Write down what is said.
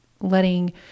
letting